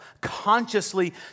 consciously